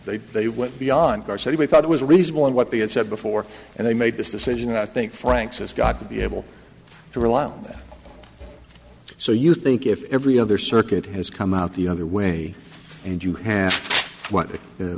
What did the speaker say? they they went beyond our study we thought it was reasonable and what they had said before and they made this decision and i think franks has got to be able to rely on that so you think if every other circuit has come out the other way and you have what